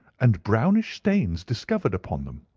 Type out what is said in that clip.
and brownish stains discovered upon them.